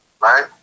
right